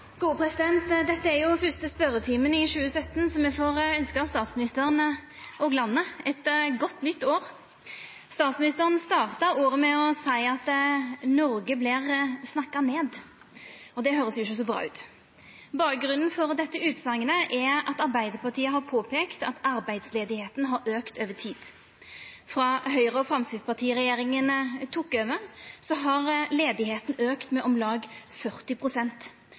Dette er fyrste spørjetime i 2017, så me får ønskja statsministeren og landet eit godt nytt år. Statsministeren starta året med å seia at Noreg vert snakka ned. Det høyrest ikkje så bra ut. Bakgrunnen for denne utsegna er at Arbeidarpartiet har påpeikt at arbeidsløysa har auka over tid. Frå Høgre–Framstegsparti-regjeringa tok over, har arbeidsløysa auka med om lag